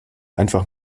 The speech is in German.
einfach